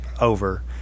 over